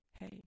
Hey